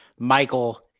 Michael